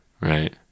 Right